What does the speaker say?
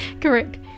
Correct